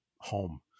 home